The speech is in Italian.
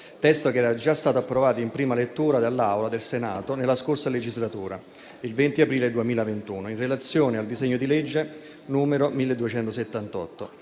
testo che era già stato approvato in prima lettura dall'Aula del Senato nella scorsa legislatura, il 20 aprile 2021, in relazione al disegno di legge n. 1278.